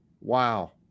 Wow